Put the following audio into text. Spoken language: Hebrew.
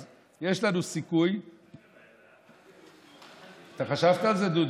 אז יש לנו סיכוי אתה חשבת על זה, דודי?